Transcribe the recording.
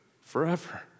forever